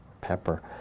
pepper